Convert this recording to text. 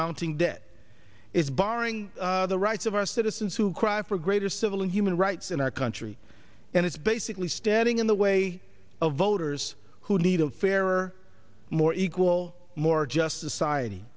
mounting debt is borrowing the rights of our citizens who cry for greater civil and human rights in our country and it's basically standing in the way of voters who need a fairer more equal more just